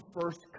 first